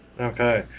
Okay